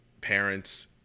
parents